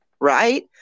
right